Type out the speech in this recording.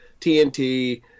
TNT